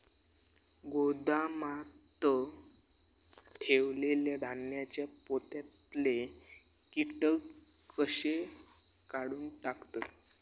गोदामात ठेयलेल्या धान्यांच्या पोत्यातले कीटक कशे काढून टाकतत?